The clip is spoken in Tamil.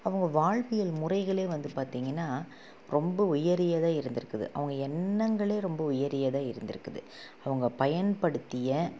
அவங்க வாழ்வியல் முறைகளே வந்து பார்த்திங்கன்னா ரொம்ப உயரியதாக இருந்திருக்குது அவங்க எண்ணங்களே ரொம்ப உயரியதாக இருந்திருக்குது அவங்க பயன்படுத்திய